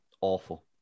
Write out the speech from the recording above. Awful